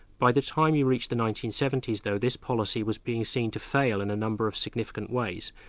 by the time you reach the nineteen seventy s though, this policy was being seen to fail in a number of significant ways.